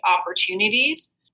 opportunities